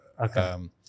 Okay